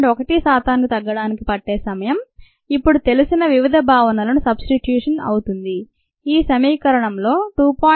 1 శాతానికి తగ్గడానికి పట్టే సమయం ఇప్పుడు తెలిసిన వివిధ భావనలకు "సబ్స్టిస్ట్యూషన్" అవుతుంది ఈ సమీకరణంలో 2